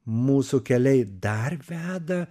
mūsų keliai dar veda